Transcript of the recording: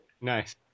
Nice